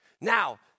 Now